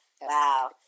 Wow